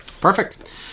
Perfect